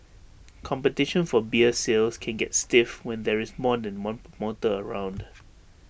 competition for beer sales can get stiff when there is more than one promoter around